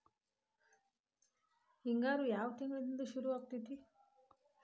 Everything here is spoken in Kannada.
ಹಿಂಗಾರು ಯಾವ ತಿಂಗಳಿನಿಂದ ಶುರುವಾಗತೈತಿ?